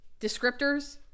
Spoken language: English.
descriptors